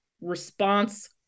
response